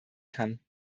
kann